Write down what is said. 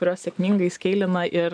kurios sėkmingais skeilina ir